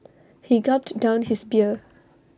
he gulped down his beer